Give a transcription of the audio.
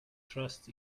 trust